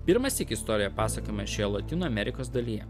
pirmąsyk istorija pasakojama šioje lotynų amerikos dalyje